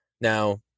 Now